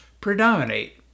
predominate